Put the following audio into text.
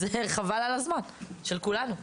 אז חבל על הזמן של כולנו.